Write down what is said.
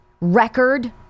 record